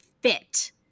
fit